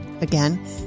Again